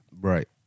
Right